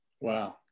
Wow